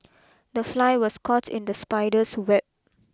the fly was caught in the spider's web